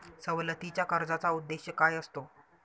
सवलतीच्या कर्जाचा उद्देश काय असतो?